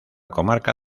comarca